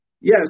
Yes